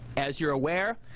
as you are aware,